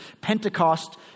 Pentecost